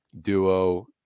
duo